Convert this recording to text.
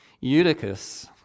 eutychus